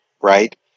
right